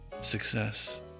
success